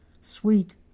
sweet